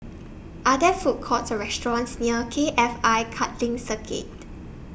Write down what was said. Are There Food Courts Or restaurants near K F I Karting Circuit